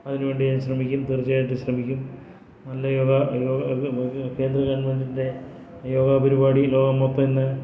അതിന് വേണ്ടി ഞാൻ ശ്രമിക്കും തീർച്ചയായിട്ടും ശ്രമിക്കും നല്ല യോഗ ഒരു കേന്ദ്ര ഗവൺമെൻറിൻ്റെ യോഗ പരിപാടി ലോകം മൊത്തം ഇന്ന്